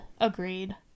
agreed